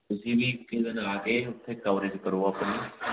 ਤੁਸੀਂ ਵੀ ਇੱਕ ਦਿਨ ਲਗਾ ਕੇ ਉੱਥੇ ਕਵਰੇਜ਼ ਕਰੋ ਆਪਣੀ